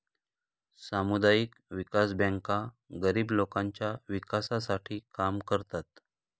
सामुदायिक विकास बँका गरीब लोकांच्या विकासासाठी काम करतात